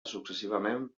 successivament